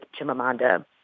Chimamanda